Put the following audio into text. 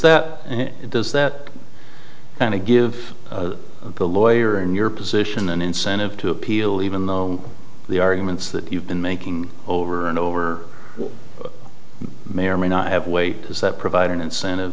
that and does that kind of give the lawyer in your position an incentive to appeal to even though the arguments that you've been making over and over may or may not have weight does that provide an incentive